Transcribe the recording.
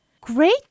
Great